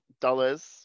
dollars